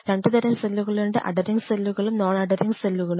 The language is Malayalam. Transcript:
രണ്ടുതരം സെല്ലുകളുണ്ട് അധെറിങ് സെല്ലുകളും നോൺ അധെറിങ് സെല്ലുകളും